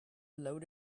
load